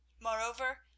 Moreover